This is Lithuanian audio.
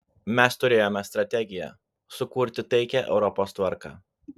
mes turėjome strategiją sukurti taikią europos tvarką